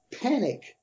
panic